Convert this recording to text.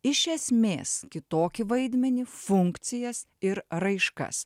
iš esmės kitokį vaidmenį funkcijas ir raiškas